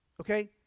Okay